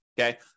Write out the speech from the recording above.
Okay